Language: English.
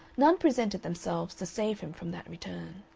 none presented themselves to save him from that return.